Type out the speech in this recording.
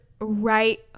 right